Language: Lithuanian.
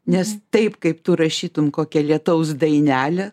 nes taip kaip tu rašytum kokią lietaus dainelę